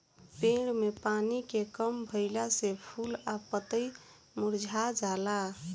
पेड़ में पानी के कम भईला से फूल आ पतई मुरझा जाला